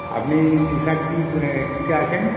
আপনি ইনফ্যাক্ট কী মানে কিসে আছেন